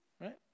right